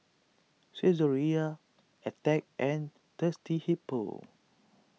Saizeriya Attack and Thirsty Hippo